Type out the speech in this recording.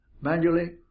manually